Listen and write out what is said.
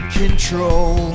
control